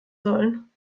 sollen